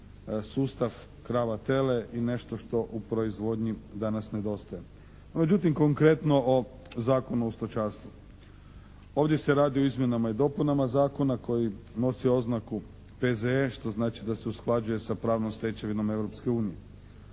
sustav krava-tele i nešto što u proizvodnji danas nedostaje. No, međutim konkretno o Zakonu o stočarstvu. Ovdje se radi o izmjenama i dopunama Zakona koji nosi oznaku P.Z.E. što znači da se usklađuje sa pravnom stečevinom